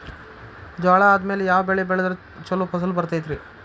ಜ್ವಾಳಾ ಆದ್ಮೇಲ ಯಾವ ಬೆಳೆ ಬೆಳೆದ್ರ ಛಲೋ ಫಸಲ್ ಬರತೈತ್ರಿ?